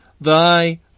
Thy